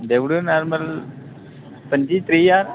देई ओड़ेओ नार्मल पंजी त्रीह् ज्हार